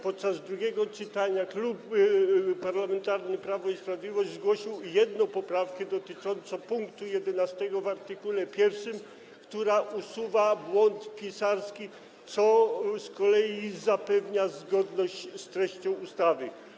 Podczas drugiego czytania Klub Parlamentarny Prawo i Sprawiedliwość zgłosił jedną poprawkę dotyczącą pkt 11 w art. 1, która usuwa błąd pisarski, co z kolei zapewnia zgodność z treścią ustawy.